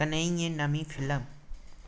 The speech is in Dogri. कनेही ऐ नमीं फिल्म